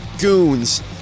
goons